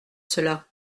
cela